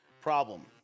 problem